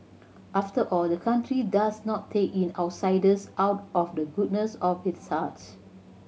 after all the country does not take in outsiders out of the goodness of its heart